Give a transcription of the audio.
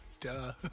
duh